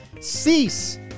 Cease